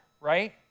right